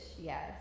yes